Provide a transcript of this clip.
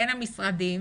בין המשרדים,